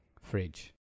fridge